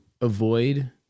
avoid